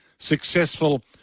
successful